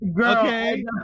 okay